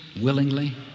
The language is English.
willingly